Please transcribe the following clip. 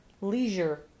leisure